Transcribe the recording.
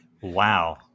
Wow